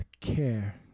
care